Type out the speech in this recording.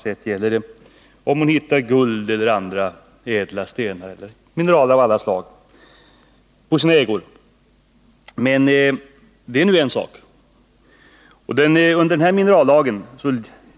Detsamma gäller om hon på sina ägor hittar guld och andra ädla metaller — mineraler av alla slag. Också torven omfattas av minerallagen.